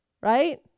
right